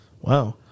Wow